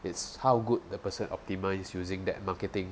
is how good the person optimize using that marketing